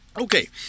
Okay